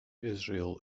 israel